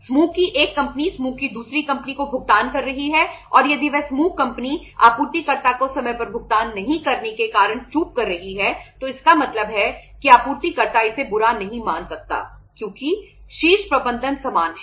समूह की एक कंपनी समूह की दूसरी कंपनी को भुगतान कर रही है और यदि वह समूह कंपनी आपूर्तिकर्ता को समय पर भुगतान नहीं करने के कारण चूक कर रही है तो इसका मतलब है कि आपूर्तिकर्ता इसे बुरा नहीं मान सकता क्योंकि शीर्ष प्रबंधन समान है